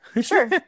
sure